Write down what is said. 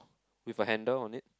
with a handle on it